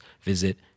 visit